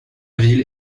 ville